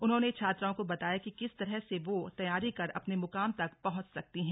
उन्होंने छात्राओं को बताया कि किस तरह से वो तैयारी कर अपने मुकाम तक पहुंच सकती हैं